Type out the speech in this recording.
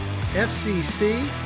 FCC